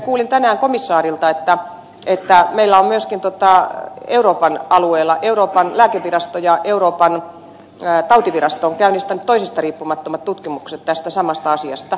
kuulin tänään komissaarilta että meillä myöskin euroopan alueella euroopan lääkevirasto ja euroopan tautivirasto ovat käynnistäneet toisistaan riippumattomat tutkimukset tästä samasta asiasta